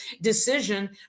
decision